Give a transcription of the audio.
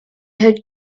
had